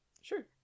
sure